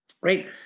right